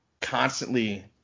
constantly